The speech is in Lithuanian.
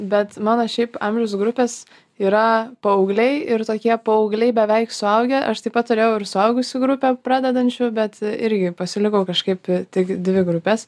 bet mano šiaip amžiaus grupės yra paaugliai ir tokie paaugliai beveik suaugę aš taip pat turėjau ir suaugusių grupę pradedančių bet irgi pasilikau kažkaip tik dvi grupes